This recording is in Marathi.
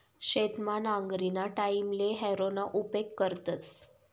शेतमा नांगरणीना टाईमले हॅरोना उपेग करतस